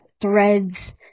Threads